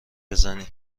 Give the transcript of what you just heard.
بزنی